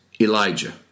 Elijah